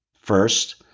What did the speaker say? First